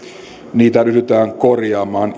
niitä ryhdytään korjaamaan